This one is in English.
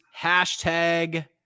hashtag